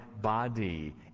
body